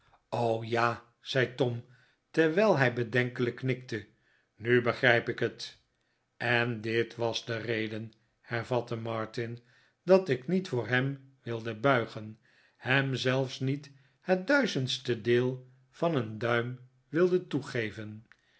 ja zei tom terwijl hij bedenkelijk knikte nu begrijp ik het en dit was de reden hervatte martin dat ik niet voor hem wilde buigen hem zelfs niet het duizendste deel van een duim wilde toegeven